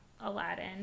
Aladdin